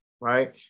right